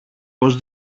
πως